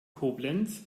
koblenz